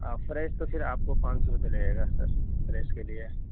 آ fresh تو پھر آپ کو پانچ سو روپے لگے گا سر فریش کے لیے